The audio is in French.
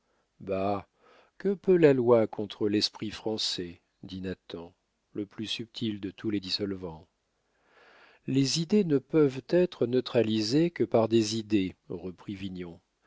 que peut la loi contre l'esprit français dit nathan le plus subtil de tous les dissolvants les idées ne peuvent être neutralisées que par des idées reprit